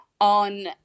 on